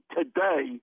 today